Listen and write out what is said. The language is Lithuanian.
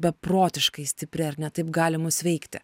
beprotiškai stipri ar ne taip gali mus veikti